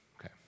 Okay